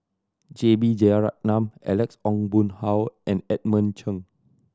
J B Jeyaretnam Alex Ong Boon Hau and Edmund Cheng